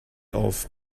off